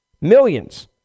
Millions